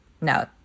no